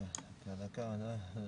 נותקה)